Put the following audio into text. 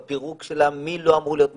בפירוק של מי לא אמור להיות מבודד,